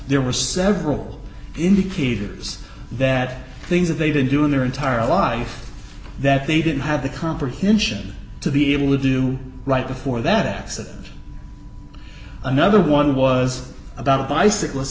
there were several indicators that things that they didn't do in their entire life that they didn't have the comprehension to be able to do right before that accident another one was about bicyclist